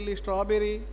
strawberry